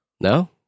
No